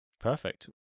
perfect